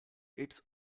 its